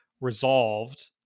resolved